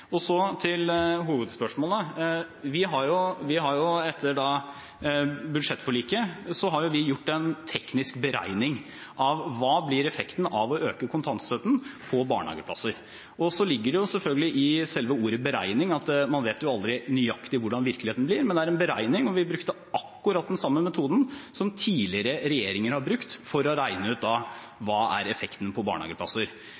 Så til hovedspørsmålet: Etter budsjettforliket har vi gjort en teknisk beregning av hva som blir effekten av å øke kontantstøtten og barnehageplasser. Det ligger selvfølgelig også i selve ordet «beregning» at man aldri vet nøyaktig hvordan virkeligheten vil bli, men at det er en beregning, og vi brukte akkurat den samme metoden som tidligere regjeringer har brukt for å regne ut